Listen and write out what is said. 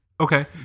Okay